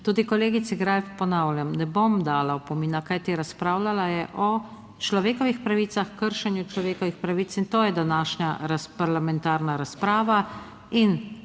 Tudi kolegici Greif, ponavljam, ne bom dala opomina, kajti razpravljala je o človekovih pravicah, kršenju človekovih pravic in to je današnja parlamentarna razprava. In